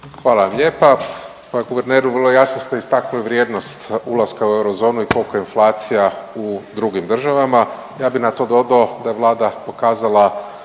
Hvala vam lijepa. Pa guverneru vrlo jasno ste istaknuli vrijednost ulaska u eurozonu i koliko je inflacija u drugim državama. Ja bi na to dodao da je Vlada pokazala